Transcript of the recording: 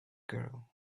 girl